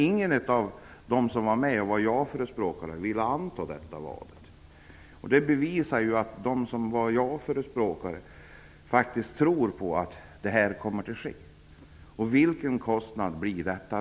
Ingen av de ja-förespråkare som var med ville anta detta vad. Det bevisar ju att de som är ja-förespråkare faktiskt tror att detta kommer att ske. Och vilken kostnad blir det då?